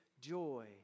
joy